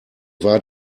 war